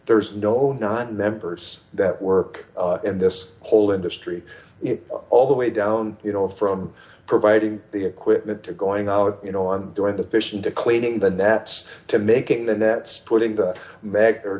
there's no not members that work in this whole industry it all the way down you know from providing the equipment to going out you know on the fishing to cleaning the nets to making the nets putting the m